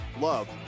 love